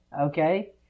Okay